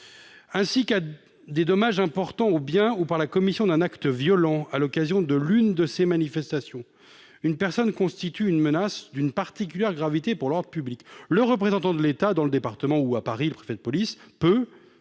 ainsi qu'à des dommages importants aux biens ou par la commission d'un acte violent à l'occasion de l'une de ces manifestations, une personne constitue une menace d'une particulière gravité pour l'ordre public, le représentant de l'État dans le département ou, à Paris, le préfet de police peut,